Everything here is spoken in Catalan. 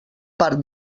part